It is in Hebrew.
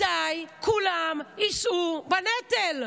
מתי כולם יישאו בנטל,